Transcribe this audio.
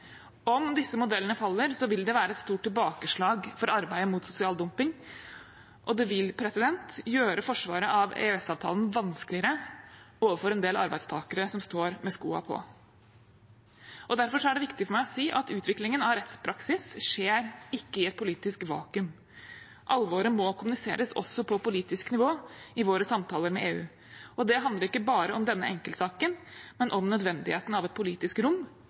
Om disse modellene faller, vil det være et stort tilbakeslag for arbeidet mot sosial dumping, og det vil gjøre forsvaret av EØS-avtalen vanskeligere overfor en del arbeidstakere som står med skoa på. Derfor er det viktig for meg å si at utviklingen av rettspraksis ikke skjer i et politisk vakuum. Alvoret må kommuniseres også på politisk nivå i våre samtaler med EU. Det handler ikke bare om denne enkeltsaken, men også om nødvendigheten av et politisk rom